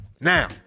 Now